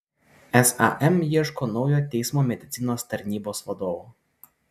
sam ieško naujo teismo medicinos tarnybos vadovo